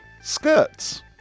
Skirts